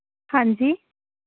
ਹਾਂਜੀ